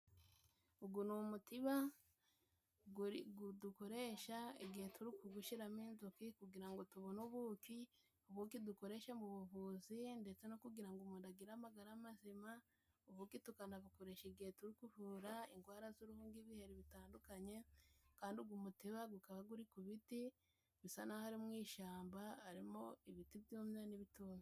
Ugu ni umutiba dukoresha igihe turi kugushyiramo inzuki kugira ngo ngo tubone ubuki. Ubuki dukoresha mu buvuzi ndetse no kugira ngo umuntu agire amagara mazima, ubuki tukanabukoresha igihe turi kuvura indwara z'uruhu n'ibiheri bitandukanye, kandi ugu mutiba gukaba guri ku biti bisa n'aho ari mu ishyamba, harimo ibiti byumye n'ibitumye.